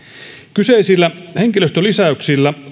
kyseisillä henkilöstölisäyksillä